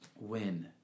win